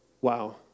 Wow